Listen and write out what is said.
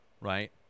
right